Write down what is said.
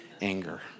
anger